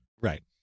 Right